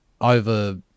over –